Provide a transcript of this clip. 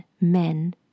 men